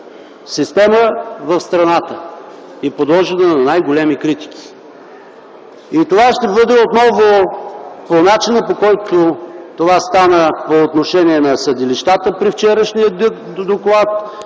система в страната и е подложена на най-големи критики. И това ще бъде отново – по начина, по който това стана, по отношение и на съдилищата при вчерашния доклад,